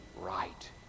right